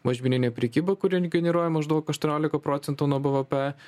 mažmeninė prekyba kuri generuoja maždaug aštuoniolika procentų nuo bvp